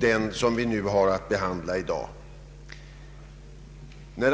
den vi nu har att behandla.